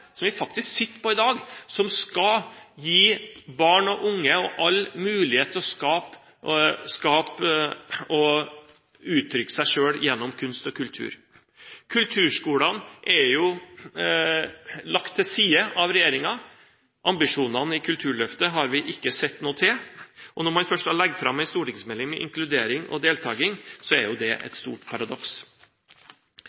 som vi faktisk sitter på i dag, som skal gi barn og unge all mulighet til å skape og uttrykke seg gjennom kunst og kultur. Kulturskolene er lagt til side av regjeringen, ambisjonene i Kulturløftet har vi ikke sett noe til, og når man da først legger fram en stortingsmelding med inkludering og deltakelse, er det et